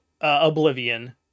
Oblivion